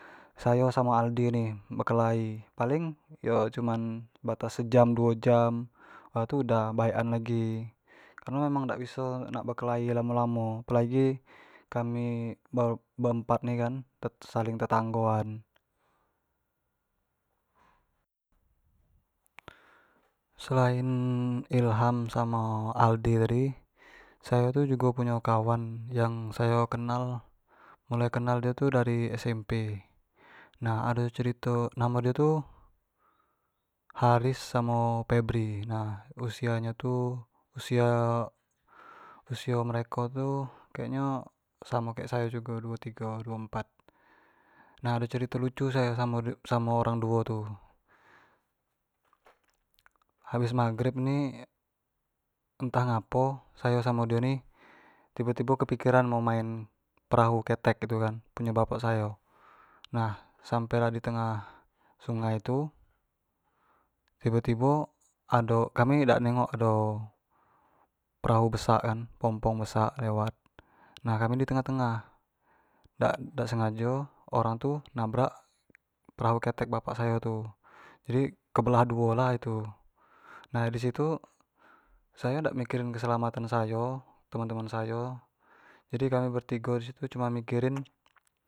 Sayo samo aldi ni berkelahi paling yo bats se jam duo jam lah tu udah baek an lagi, kareno memang dak biso nak berkelahi lamo lamo apolagi kami ber- berempat ini kan tet- saling tetanggoan selain ilham, samo aldi tadi, sayo tu jugo punyo kawan yang sayo kenal, mulai kenal dio tu dari SMP nah ado cerito namo dio tu haris samo pebri nah, usia nyo tu usio mereko tu kek nyo samo kek sayo jugo, duo tigo, duo empat. Nah ado cerito lucu sayo samo orang duo tu habis maghrib ni enath ngapo sayo samo dio ni tibo tibo kepikiran mau main perahu ketek tu kan punyo bapak sayo, nah, sampai lah di tengah sungai tu, tibo tibo ado, kami dak nengok ado perahu besak kan, pompong besak lewat, nah kami di tengah tengah dak sengajo orang tu nabrak perahu ketek bapak sayo tu, jadi kebelah duo lah itu, nah di situ sayo dak mikir keselamatan sayo. teman teman sayo, jadi kami be tigo tu cuman mikirin